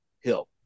hill